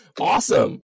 awesome